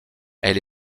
elle